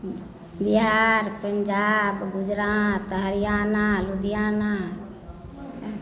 Bihar Punjab Gujarat Haryana Ludhiana